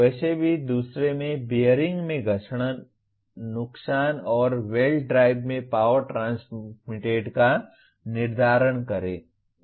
वैसे भी दूसरे में बीयरिंग में घर्षण नुकसान और बेल्ट ड्राइव में पावर ट्रांसमिटेड का निर्धारण करें